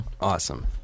Awesome